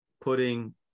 putting